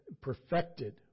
perfected